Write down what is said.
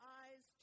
eyes